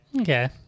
Okay